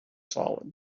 solid